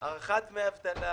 הארכת דמי אבטלה,